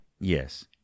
Yes